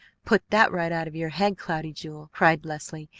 put that right out of your head, cloudy jewel! cried leslie.